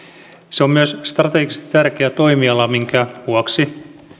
se on myös strategisesti tärkeä toimiala minkä vuoksi